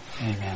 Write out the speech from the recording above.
amen